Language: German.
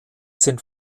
sind